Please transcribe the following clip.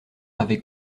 avait